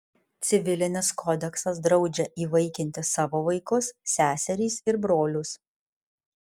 civilinis kodeksas draudžia įvaikinti savo vaikus seserys ir brolius